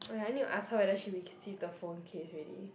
oh ya I need to ask her whether she receive the phone case already